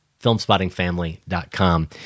filmspottingfamily.com